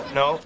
no